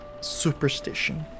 superstition